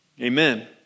Amen